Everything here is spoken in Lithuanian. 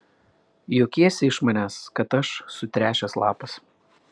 juokiesi iš manęs kad aš sutręšęs lapas